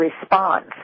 response